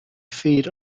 feed